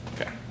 Okay